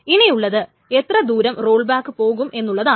ഇനിയുള്ളത് എത്ര ദൂരം റോൾബാക്ക് പോകും എന്നുള്ളതാണ്